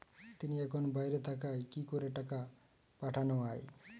তিনি এখন বাইরে থাকায় কি করে টাকা পাঠানো য়ায়?